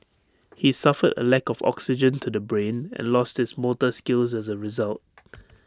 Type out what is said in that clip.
he suffered A lack of oxygen to the brain and lost his motor skills as A result